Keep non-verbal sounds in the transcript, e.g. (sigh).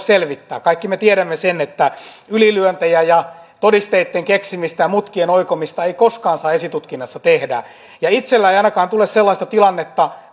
(unintelligible) selvittää kaikki me tiedämme sen että ylilyöntejä ja todisteitten keksimistä ja mutkien oikomista ei koskaan saa esitutkinnassa tehdä ja itselleni ei ainakaan tule mieleen sellaista tilannetta (unintelligible)